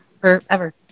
forever